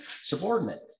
subordinate